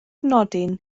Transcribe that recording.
nodyn